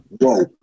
whoa